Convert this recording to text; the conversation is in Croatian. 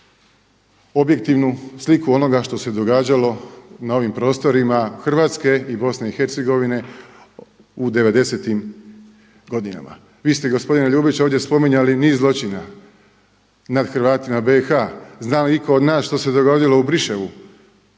objektivnu sliku onoga što se događalo na ovim prostorima Hrvatske i BIH u 90. tim godinama. Vi ste gospodine Ljubić ovdje spominjali niz zločina nad Hrvatima u BIH. Zna li itko od nas što se dogodilo u Briševu